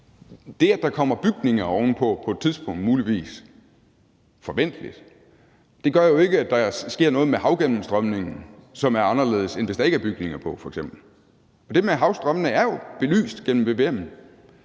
Det, at der muligvis kommer bygninger ovenpå på et tidspunkt, forventeligt, gør jo ikke, at der sker noget med havgennemstrømningen, som er anderledes, end hvis der f.eks. ikke er bygninger på. Det med havstrømmene er jo belyst gennem